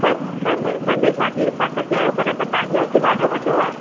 पर भले भले शादी जे हिसाबु सां चयो पर तव्हांजो अघु ॾाढो वॾो आहे